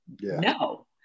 No